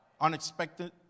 unexpected